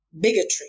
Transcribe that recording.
bigotry